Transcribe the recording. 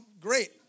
great